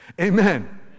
Amen